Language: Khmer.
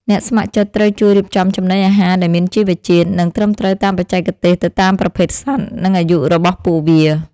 អ្នកស្ម័គ្រចិត្តត្រូវជួយរៀបចំចំណីអាហារដែលមានជីវជាតិ និងត្រឹមត្រូវតាមបច្ចេកទេសទៅតាមប្រភេទសត្វ និងអាយុរបស់ពួកវា។